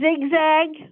zigzag